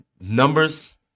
numbers